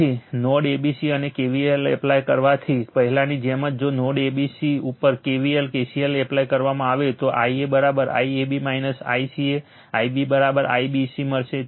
તેથી node ABC ઉપર KCL apply કરવાથી પહેલાની જેમ જ જો નોડ ABC ઉપર KVL KCL એપ્લાય કરવામાં આવે તો Ia IAB ICA Ib IBC મળશે